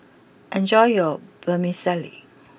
enjoy your Vermicelli